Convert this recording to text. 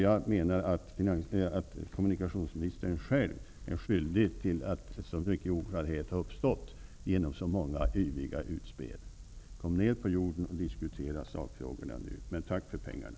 Jag menar att kommunikationsministern själv genom yviga utspel är skyldig till att så många oklarheter har uppstått. Kom ned på jorden och diskutera sakfrågorna! Men tack för pengarna.